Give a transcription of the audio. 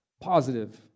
positive